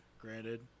Granted